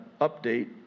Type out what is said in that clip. update